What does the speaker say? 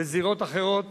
בזירות אחרות,